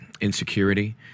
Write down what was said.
insecurity